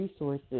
resources